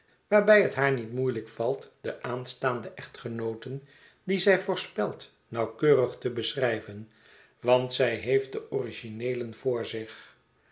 waarbij het haar niet moeielijk valt de aanstaande eehtgenooten die zij voorspelt nauwkeurig te beschrijven want zij heeft de origineelen voor zich